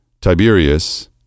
Tiberius